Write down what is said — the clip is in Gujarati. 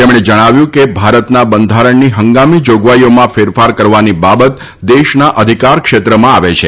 તેમણે વધુમાં જણાવ્યું હતું કે ભારતના બંધારણની હંગામી જાગવાઇઓમાં ફેરફાર કરવાની બાબત દેશના અધિકાર ક્ષેત્રમાં આવે છે